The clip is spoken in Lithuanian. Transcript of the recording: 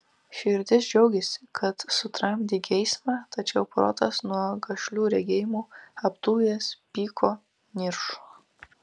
širdis džiaugėsi kad sutramdei geismą tačiau protas nuo gašlių regėjimų apdujęs pyko niršo